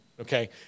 Okay